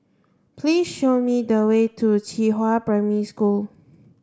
please show me the way to Qihua Primary School